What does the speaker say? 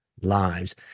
lives